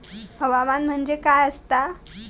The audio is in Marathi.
हवामान म्हणजे काय असता?